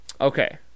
Okay